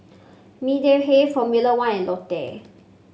Mediheal Formula One and Lotte